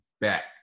back